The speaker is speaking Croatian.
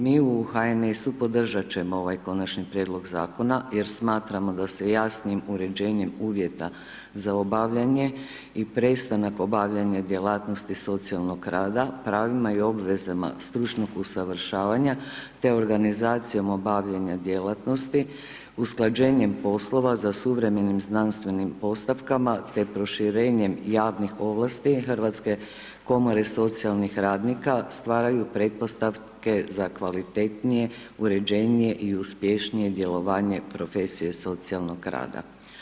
Mi u HNS-u podržati ćemo ovaj konačni prijedlog Zakona, jer smatramo da se jasnijim uređenjem uvjeta za obavljanje i prestanak obavljanje djelatnosti socijalnog rada, pravima i obvezama stručnog usavršavanja, te organizacijom obavljanjem djelatnosti, usklađenjem poslova, za suvremenim znanstvenim postavkama, te proširenjem javnim ovlasti Hrvatske komore i socijalnih radnika, stvaraju pretpostavke za kvalitetnije, uređenije i uspješnije djelovanje profesije socijalnog rada.